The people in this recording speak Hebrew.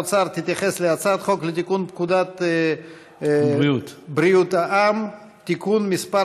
להצעת חוק לתיקון פקודת בריאות העם (תיקון מס'